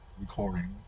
recording